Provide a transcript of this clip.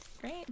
Great